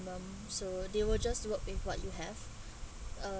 so they will just work with what you have